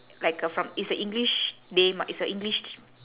like a from it's a english name ah it's a english